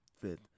fit